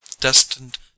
destined